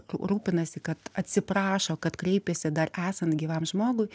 rūpinasi kad atsiprašo kad kreipėsi dar esant gyvam žmogui